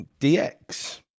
DX